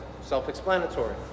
self-explanatory